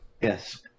Yes